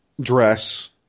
dress